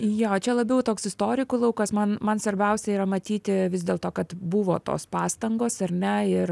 jo čia labiau toks istorikų laukas man man svarbiausia yra matyti vis dėlto kad buvo tos pastangos ar ne ir